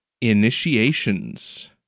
Initiations